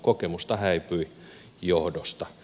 kokemusta häipyi johdosta